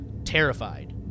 terrified